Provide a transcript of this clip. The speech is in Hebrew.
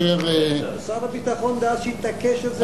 שר הביטחון דאז התעקש על זה מול כולם.